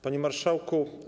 Panie Marszałku!